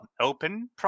open